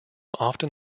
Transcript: often